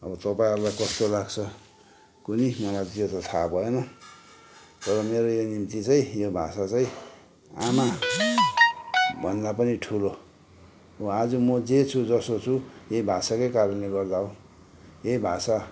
अब तपाईँहरूलाई कस्तो लाग्छ कुन्नि मलाई यो त थाह भएन तर मेरो यो निम्ति चाहिँ यो भाषा चाहिँ आमा भन्दा पनि ठुलो म आज जे छु जस्तो छु यही भाषाकै कारणले गर्दा हो यही भाषा